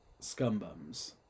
scumbums